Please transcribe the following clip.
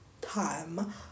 time